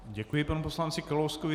Děkuji panu poslanci Kalouskovi.